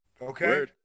Okay